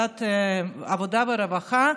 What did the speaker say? לוועדת העבודה והרווחה,